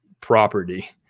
property